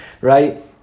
right